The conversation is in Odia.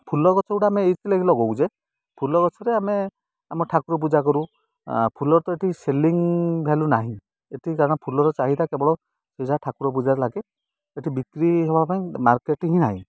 ଫୁଲ ଗଛ ଗୁଡ଼ା ଆମେ ଏଇଥିଲାଗି ଲଗଉ ଯେ ଫୁଲ ଗଛରେ ଆମେ ଆମ ଠାକୁର ପୂଜା କରୁ ଫୁଲର ତ ଏଠି ସେଲିଂ ଭ୍ୟାଲୁ ନାହିଁ ଏଇଠି କାରଣ ଫୁଲର ଚାହିଦା କେବଳ ସେ ଯାହା ଠାକୁର ପୂଜାରେ ଲାଗେ ଏଇଠି ବିକ୍ରି ହେବା ପାଇଁ ମାର୍କେଟ ହିଁ ନାହିଁ